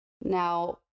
Now